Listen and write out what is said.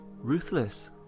Ruthless